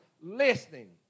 listening